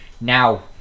now